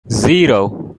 zero